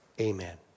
Amen